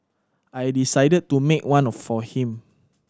I decided to make one of for him